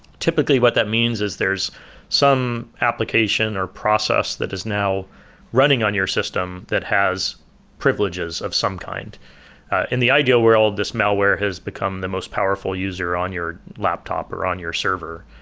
typically what that means is there's some application or process that is now running on your system that has privileges of some kind in the ideal world, this malware has become the most powerful user on your laptop, or on your server.